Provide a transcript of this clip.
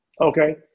Okay